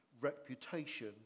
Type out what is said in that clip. reputation